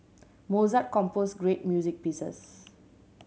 Mozart composed great music pieces